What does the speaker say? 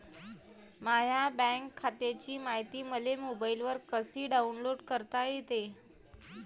माह्या बँक खात्याची मायती मले मोबाईलवर कसी डाऊनलोड करता येते?